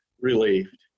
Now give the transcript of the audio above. relieved